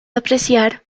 apreciar